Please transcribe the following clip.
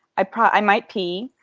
i but i might pee.